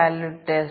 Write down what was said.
0 2